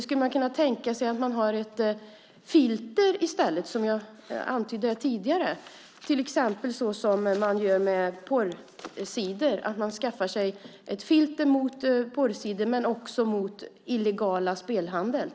Skulle man kunna tänka sig att man har ett filter i stället, till exempel som man gör när det gäller porrsidor? Man skaffar filter mot porrsidor och mot illegala spelsidor.